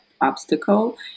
obstacle